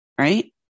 right